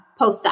postdoc